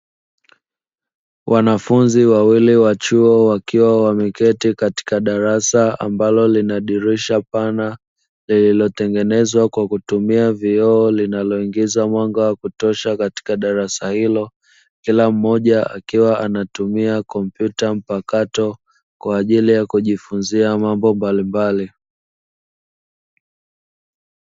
Wanafunzi wawili wa chuo wakiwa wameketi katika darasa ambalo lina dirisha pana na lililotengenezwa kwa kutumia vioo, linaloingiza mwanga wa kutosha katika darasa hilo. Kila mmoja akiwa anatumia kompyuta mpakato kwa ajili ya kujifunzia mambo mbalimbali.